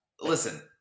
Listen